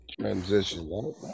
transition